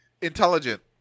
Intelligent